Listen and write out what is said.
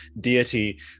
deity